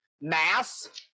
mass